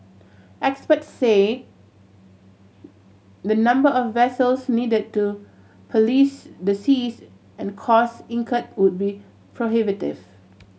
experts say the number of vessels need to police the seas and cost incurred would be prohibitive